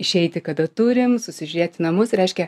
išeiti kada turim susižiūrėti namus reiškia